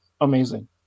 amazing